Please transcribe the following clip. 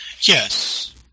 Yes